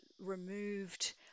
removed